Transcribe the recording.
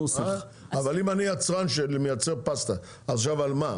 אבל אם אני יצרן שמייצר פסטה, עכשיו על מה?